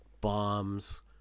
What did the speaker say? bombs